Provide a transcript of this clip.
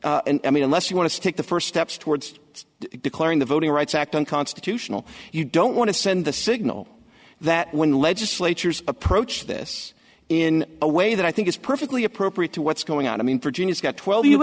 signal i mean unless you want to take the first steps towards declaring the voting rights act unconstitutional you don't want to send the signal that when legislatures approach this in a way that i think is perfectly appropriate to what's going on i mean for juniors got twelve you